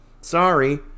Sorry